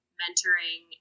mentoring